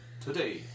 today